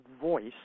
voice